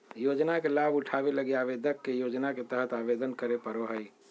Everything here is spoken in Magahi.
योजना के लाभ उठावे लगी आवेदक के योजना के तहत आवेदन करे पड़ो हइ